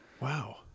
Wow